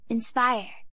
Inspire